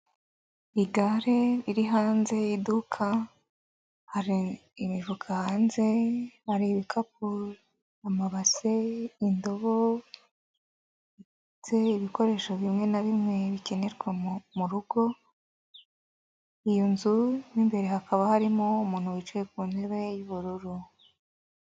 Igare riri hanze y'iduka , hari imifuka hanze, hari ibikapu, amabase, indobo ndetse ibikoresho bimwe na bimwe bikenerwa mu rugo, mu nzu imbere hakaba harimo umuntu wicaye ku ntebe y'ubururu.